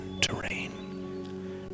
terrain